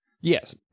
yes